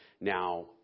Now